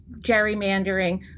gerrymandering